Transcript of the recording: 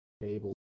table